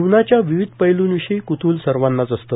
जीवनाच्या विविध पैलूं विषयी कृतूहल सर्वानाच असते